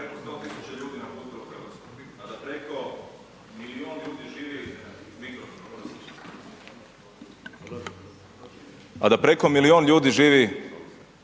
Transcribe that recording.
a da preko milijun ljudi živi